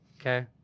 Okay